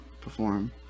perform